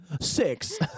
Six